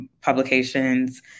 publications